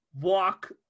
walk